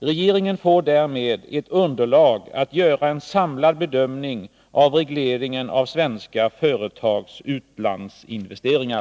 Regeringen får därmed ett underlag för att göra en samlad bedömning av regleringen av svenska företags utlandsinvesteringar.